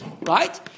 right